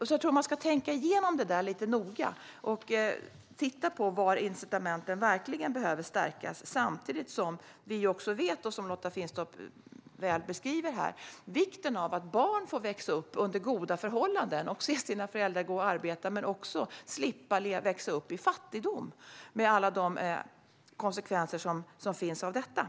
Jag tror att man ska tänka igenom det här noga och titta på var incitamenten verkligen behöver stärkas. Samtidigt är vi medvetna om, och som Lotta Finstorp väl beskriver, vikten av att barn får växa upp under goda förhållanden och se sina föräldrar gå till ett arbete men också slippa växa upp i fattigdom med alla konsekvenser som det får.